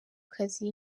kazi